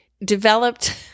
developed